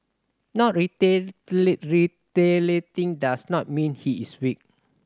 not retaliating does not mean he is weak